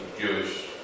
Jewish